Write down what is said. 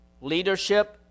leadership